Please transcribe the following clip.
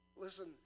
listen